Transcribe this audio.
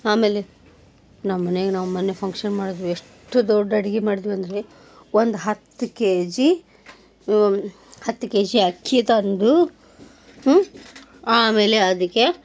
ಆಮೇಲೆ ನಮ್ಮನ್ಯಾಗ ನಾವು ಮೊನ್ನೆ ಫಂಕ್ಷನ್ ಮಾಡಿದ್ವಿ ಎಷ್ಟು ದೊಡ್ಡ ಅಡ್ಗೆ ಮಾಡಿದ್ವಿ ಅಂದರೆ ಒಂದು ಹತ್ತು ಕೆ ಜಿ ಹತ್ತು ಕೆ ಜಿ ಅಕ್ಕಿ ತಂದು ಆಮೇಲೆ ಅದಕ್ಕೆ